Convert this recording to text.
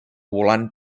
volant